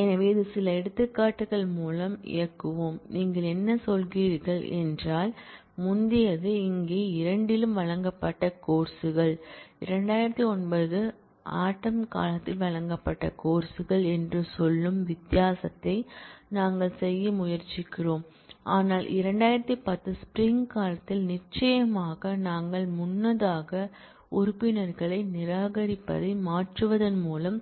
எனவே இது சில எடுத்துக்காட்டுகள் மூலம் இயங்குவோம் நீங்கள் என்ன சொல்கிறீர்கள் என்றால் முந்தையது இங்கே இரண்டிலும் வழங்கப்பட்ட கோர்ஸ் கள் 2009 ஆட்டம் காலத்தில் வழங்கப்பட்ட கோர்ஸ் கள் என்று சொல்லும் வித்தியாசத்தை நாங்கள் செய்ய முயற்சிக்கிறோம் ஆனால் 2010 ஸ்ப்ரிங் காலத்தில் நிச்சயமாக நாங்கள் முன்னதாக உறுப்பினர்களை நிராகரிப்பதை மாற்றுவதன் மூலம்